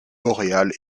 boréale